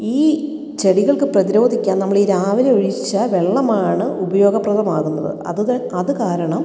ഈ ചെടികൾക്ക് പ്രതിരോധിക്കാൻ നമ്മൾ ഈ രാവിലെ ഒഴിച്ച വെള്ളമാണ് ഉപയോഗപ്രദമാകുന്നത് അത് ത അത് കാരണം